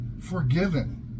forgiven